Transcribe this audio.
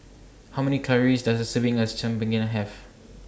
How Many Calories Does A Serving as Chigenabe Have